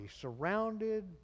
surrounded